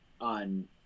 on